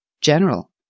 general